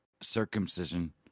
circumcision